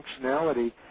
functionality